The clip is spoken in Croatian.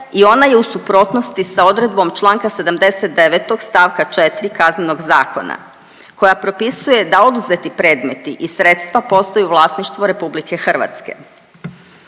i ona je u suprotnosti sa odredbom Članka 79. stavka 4. Kaznenog zakona koja propisuje da oduzeti predmeti i sredstva postaju vlasništvo RH.